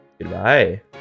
Goodbye